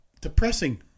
Depressing